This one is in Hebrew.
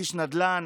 איש נדל"ן,